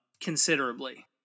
considerably